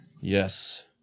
Yes